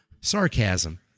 Sarcasm